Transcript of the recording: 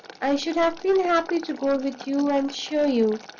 i should have been happy to go with you and show you.